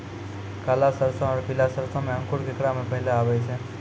काला सरसो और पीला सरसो मे अंकुर केकरा मे पहले आबै छै?